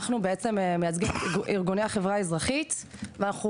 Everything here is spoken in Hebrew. אנחנו מייצגים את ארגוני החברה האזרחית ואנחנו